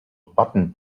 bottom